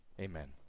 Amen